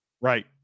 right